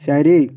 ശരി